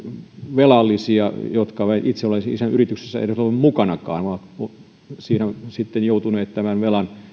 velallisia jotka eivät itse ole siinä yrityksessä edes olleet mukanakaan vaan ovat siinä sitten joutuneet tämän velan